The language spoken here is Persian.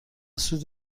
سود